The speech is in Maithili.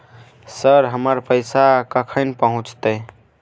सर, हमर पैसा कखन पहुंचतै?